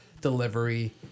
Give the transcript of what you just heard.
delivery